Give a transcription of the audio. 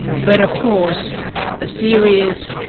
but of course a serious